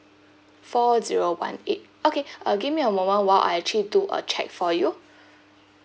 four zero one eight okay um give me a moment while I actually do a check for you